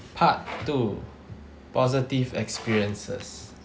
part two positive experiences